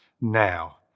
now